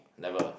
never